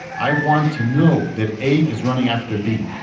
i want to know that a is running after b,